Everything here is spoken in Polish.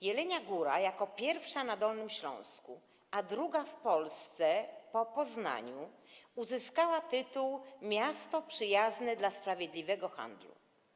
Jelenia Góra, jako pierwsza na Dolnym Śląsku, a druga w Polsce, po Poznaniu, uzyskała tytuł Miasto Przyjazne dla Sprawiedliwego Handlu.